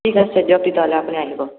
ঠিক আছে দিয়ক তেতিয়াহ'লে আপুনি আহিব